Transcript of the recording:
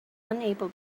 unable